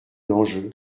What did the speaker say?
l’enjeu